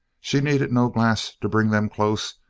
she needed no glass to bring them close.